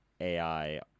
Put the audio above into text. AI